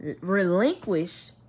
relinquish